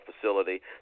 facility